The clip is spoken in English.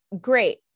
great